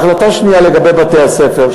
ההחלטה השנייה, לגבי בתי-הספר.